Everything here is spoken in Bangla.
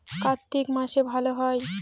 কার্তিক মাসে ভালো হয়?